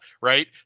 right